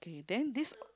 then this